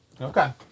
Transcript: Okay